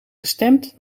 gestemd